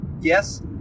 Yes